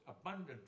abundant